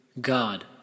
God